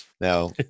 now